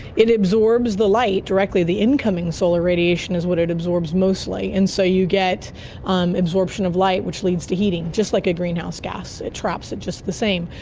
it absorbs the light directly, the incoming solar radiation is what it absorbs mostly, and so you get um absorption of light which leads to heating, just like a greenhouse gas, it traps it just the same.